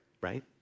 right